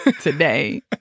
today